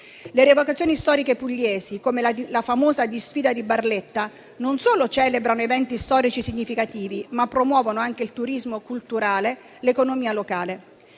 Le rievocazioni storiche pugliesi come la famosa Disfida di Barletta, non solo celebrano eventi storici significativi, ma promuovono anche il turismo culturale e l'economia locale.